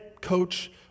coach